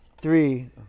three